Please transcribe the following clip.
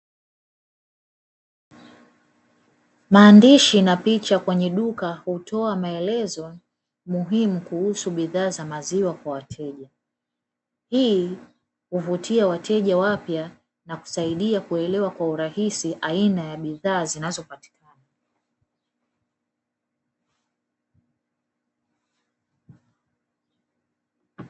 Maandishi na picha kwenye duka hutoa maelezo muhimu kuhusu bidhaa za maziwa kwa wateja, hii huvutia wateja wapya na kusaidia kuelewa kwa urahisi aina ya bidhaa zinazopatikana.